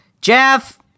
Jeff